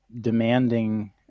demanding